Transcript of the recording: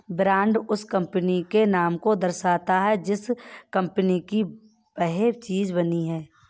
brand उस company के नाम को दर्शाता है जिस कंपनी की वह चीज बनी है